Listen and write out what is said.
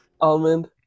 Almond